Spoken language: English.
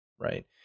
Right